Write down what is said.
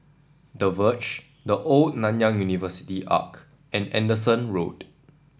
The Verge The Old Nanyang University Arch and Anderson Road